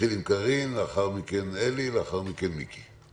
נתחיל עם קארין, לאחר מכן אלי ולאחר מכן מיקי.